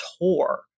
tour